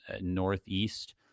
northeast